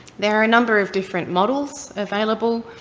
there are a number of different models available.